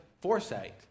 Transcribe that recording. foresight